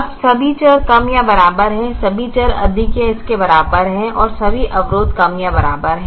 अब सभी चर कम या बराबर हैं सभी चर अधिक या इसके बराबर हैं और सभी अवरोध कम या बराबर हैं